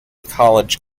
college